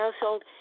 household